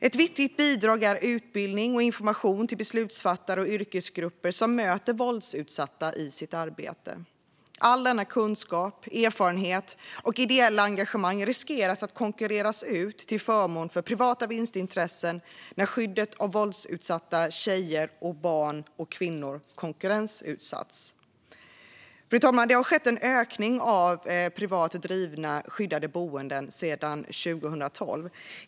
Ett viktigt bidrag är utbildning och information till beslutsfattare och yrkesgrupper som möter våldsutsatta i sitt arbete. All denna kunskap och erfarenhet och det ideella engagemanget riskerar att konkurreras ut till förmån för privata vinstintressen när skyddet av våldsutsatta tjejer, barn och kvinnor konkurrensutsätts. Fru talman! Det har skett en ökning av privat drivna skyddade boenden sedan 2012.